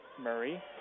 Murray